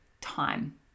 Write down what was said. time